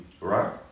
right